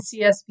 CSV